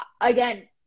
again